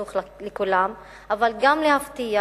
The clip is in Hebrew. חינוך לכולם, אלא גם להבטיח